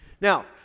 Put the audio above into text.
Now